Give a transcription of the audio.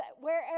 wherever